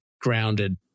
grounded